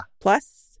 plus